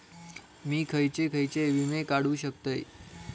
मी खयचे खयचे विमे काढू शकतय?